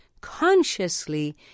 consciously